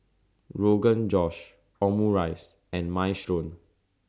Rogan Josh Omurice and Minestrone